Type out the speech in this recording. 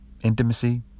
intimacy